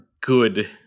good